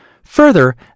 Further